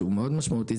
שהוא מאוד משמעותי,